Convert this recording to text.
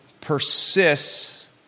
persists